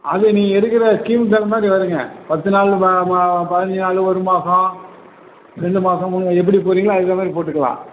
அது நீங்கள் எடுக்கிற ஸ்கீமுக்குத் தகுந்த மாதிரி வருங்க பத்து நாலு பதினஞ்சி நாலு ஒரு மாசம் ரெண்டு மாசம் மூணு எப்படி போடுறீங்களோ அதுக்குத் தகுந்த மாதிரி போட்டுக்கலாம்